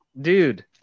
dude